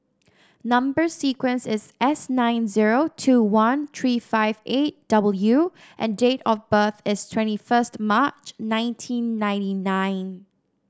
number sequence is S nine zero two one three five eight W and date of birth is twenty first March nineteen ninety nine